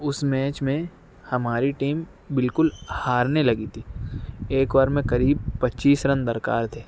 اس match میں ہماری team بالکل ہارنے لگی تھی ایک اوور میں قریب پچیس رن درکار تھے